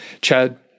Chad